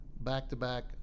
back-to-back